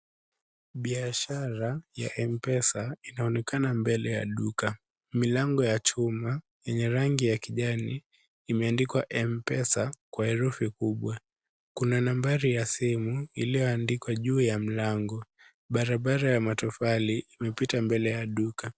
Biashara ya mpesa inaonekana mbele ya duka. Milango ya chuma yenye rangi ya kijani imeandikwa mpesa kwa herufi kubwa. Kuna nambari ya simu ilioandikwa juu ya mlango. Barabara ya matofali imepita mbele ya duka.